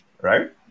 right